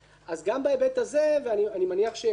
אז גם בהיבט הזה ואני מניח שתהיה